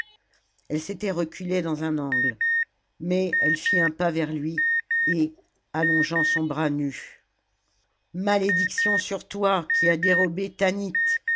elle s'était reculée dans un angle mais elle fit un pas vers lui et allongeant son bras nu malédiction sur toi qui as dérobé tanit